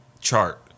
chart